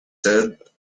said